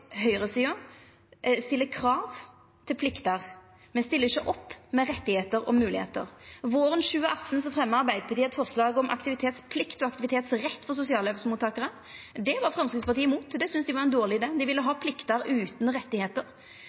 stiller krav til plikter, men stiller ikkje opp med rettar og moglegheiter. Våren 2018 fremja Arbeidarpartiet eit forslag om aktivitetsplikt og aktivitetsrett for sosialhjelpsmottakarar. Det var Framstegspartiet imot, det syntest dei var ein dårleg idé. Dei ville ha plikter utan